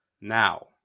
now